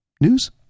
News